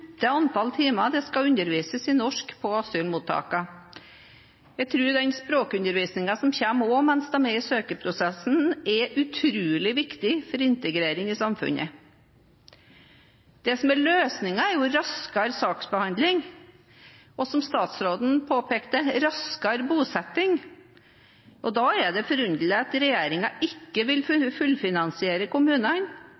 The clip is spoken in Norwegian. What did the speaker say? antall timer det skal undervises i norsk på asylmottakene. Jeg tror den språkundervisningen som kommer også mens de er i søkeprosessen, er utrolig viktig for integrering i samfunnet. Det som er løsningen, er jo raskere saksbehandling, og som statsråden påpekte, raskere bosetting, og da er det forunderlig at regjeringen ikke vil fullfinansiere kommunene,